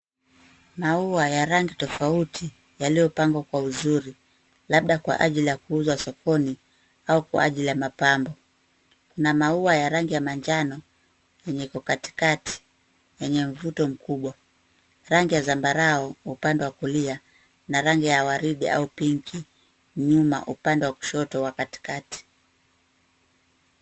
Maua ya rangi tofauti yaliyopangwa kwa uzuri labda kwa ajili ya kuuzwa sokoni au kwa ajili ya mapambo na maua ya rangi ya manjano yenye iko katikati yenye mvuto mkubwa. Rangi ya zambarau kwa upande wa kulia na rangi ya waridi au pinki nyuma upande wa kushoto wa katikati.